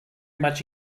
much